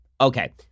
Okay